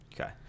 okay